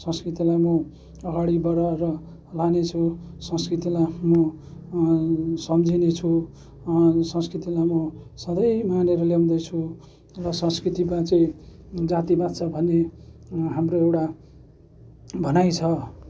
संस्कृतिलाई म अगाडि बडाएर लानेछु संस्कृतिलाई आफ्नो सम्झिनेछु संस्कृतिलाई म सधैँ मानेर ल्याउँदै छु र संस्कृति बाँचे जाति बाँच्छ भन्ने हाम्रो एउटा भनाइ छ